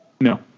No